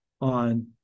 on